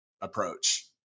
approach